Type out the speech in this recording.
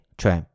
cioè